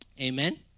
amen